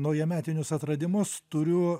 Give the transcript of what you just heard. naujametinius atradimus turiu